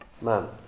man